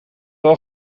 wel